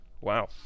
Wow